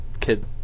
kid